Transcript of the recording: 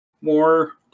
more